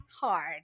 hard